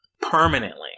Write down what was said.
permanently